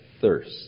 thirst